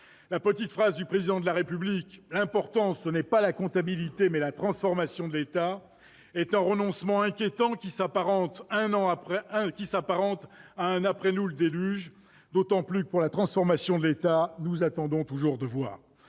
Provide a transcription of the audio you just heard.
La petite phrase du Président de la République- » l'important ce n'est pas la comptabilité, mais la transformation de l'État » -est un renoncement inquiétant, qui s'apparente à un « après nous, le déluge », d'autant que, pour la transformation de l'État, nous attendons toujours de voir.